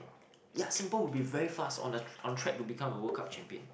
ya Singapore will be very fast on a on track to become a World Cup champion